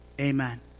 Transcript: Amen